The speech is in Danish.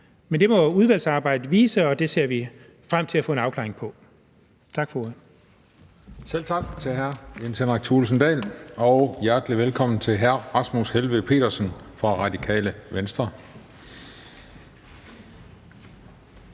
Men det må udvalgsarbejdet vise, og det ser vi frem til at få en afklaring på. Tak for